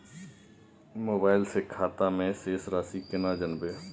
Mobile से खाता में शेस राशि केना जानबे?